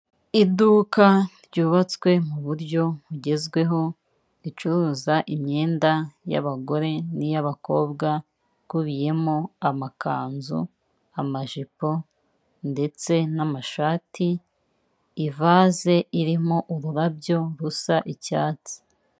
Iduka ryubatswe mu buryo bugezweho ricuruza imyenda y'abagore n'iy'abakobwa ikubiyemo amakanzu, amajipo ndetse n'amashati, ivaze irimo ururabyo rusa icyatsi.